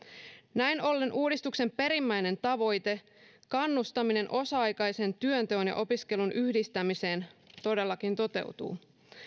näin ollen uudistuksen perimmäinen tavoite kannustaminen osa aikaisen työnteon ja opiskelun yhdistämiseen todellakin toteutuu